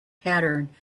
pattern